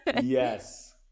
Yes